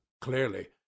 Clearly